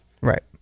right